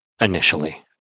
initially